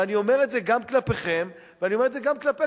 ואני אומר את זה גם כלפיכם ואני אומר את זה גם כלפי,